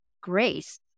grace